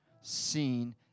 seen